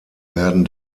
werden